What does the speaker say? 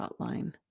Hotline